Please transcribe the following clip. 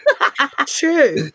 True